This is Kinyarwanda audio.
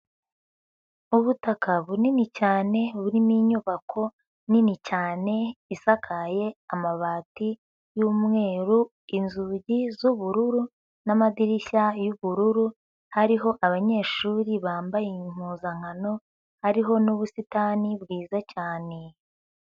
Ubutaka bunini cyane burimo inyubako nini cyane isakaje amabati y'umweru, inzugi z'ubururu n'amadirishya y'ubururu, hariho abanyeshuri bambaye impuzankano hariho n'ubusitani bwiza cyane.